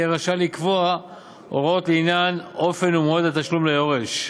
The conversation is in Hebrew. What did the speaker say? יהיה רשאי לקבוע הוראות לעניין אופן ומועד התשלום ליורש.